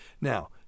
Now